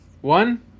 one